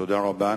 תודה רבה.